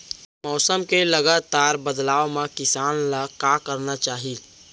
मौसम के लगातार बदलाव मा किसान ला का करना चाही?